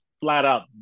flat-out